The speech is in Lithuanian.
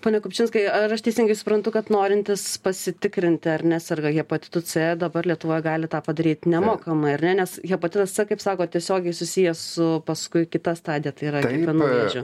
pone kupčinskai ar aš teisingai suprantu kad norintys pasitikrinti ar neserga hepatitu c dabar lietuvoj gali tą padaryt nemokamai ar ne nes hepatitas c kaip sakot tiesiogiai susijęs su paskui kita stadija tai yra kepenų vėžiu